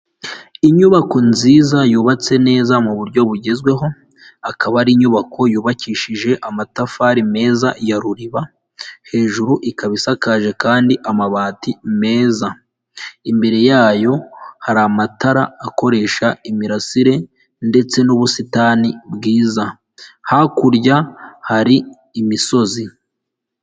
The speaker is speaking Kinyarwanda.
Inyubako nziza, yubatse neza mu buryo bugezweho, akaba ari inyubako yubakishije amatafari meza, ya ruriba. Hejuru ikaba isakaje kandi amabati meza. Imbere yayo hari amatara akoresha imirasire, ndetse n'ubusitani bwiza. Hakurya hari imisozi.